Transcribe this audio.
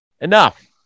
Enough